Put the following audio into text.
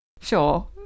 Sure